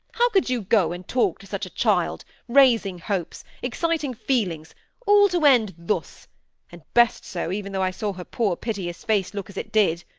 how could you go and talk to such a child, raising hopes, exciting feelings all to end thus and best so, even though i saw her poor piteous face look as it did.